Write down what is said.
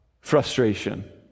frustration